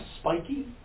spiky